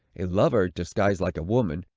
a lover, disguised like a woman,